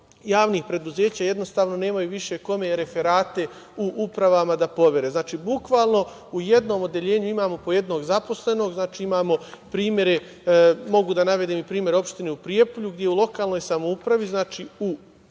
javnih preduzeća, jednostavno nemaju više kome referate u upravama da povere. Znači, bukvalno u jednom odeljenju imamo po jednog zaposlenog. Mogu da navedem primer opštine u Prijepolju gde u lokalnoj samoupravi, u